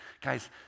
Guys